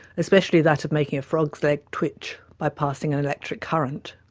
especially that of making a frog's leg twitch by passing an electric current.